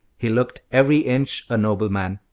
he looked every inch a nobleman.